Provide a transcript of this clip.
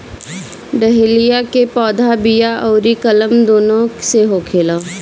dahlia के पौधा बिया अउरी कलम दूनो से होखेला